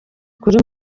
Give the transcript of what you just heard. ukuri